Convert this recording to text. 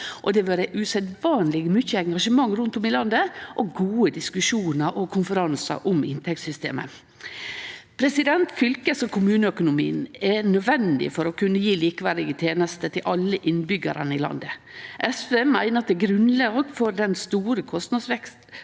vore usedvanleg mykje engasjement rundt om i landet og gode diskusjonar og konferansar om inntektssystemet. Fylkes- og kommuneøkonomien er nødvendig for å kunne gje likeverdige tenester til alle innbyggjarane i landet. SV meiner at på grunnlag av den store kostnadsveksten